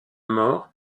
mort